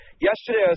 Yesterday